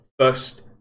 First